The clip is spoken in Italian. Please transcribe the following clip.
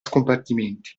scompartimenti